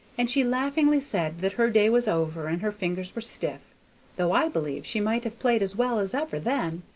and she laughingly said that her day was over and her fingers were stiff though i believe she might have played as well as ever then,